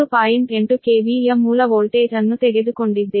8 KV ಯ ಮೂಲ voltage ಅನ್ನು ತೆಗೆದುಕೊಂಡಿದ್ದೇವೆ